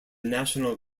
national